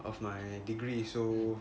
of my degree so